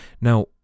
Now